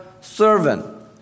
servant